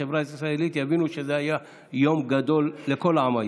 בחברה הישראלית יבינו שזה היה יום גדול לכל העם היהודי.